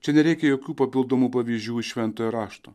čia nereikia jokių papildomų pavyzdžių iš šventojo rašto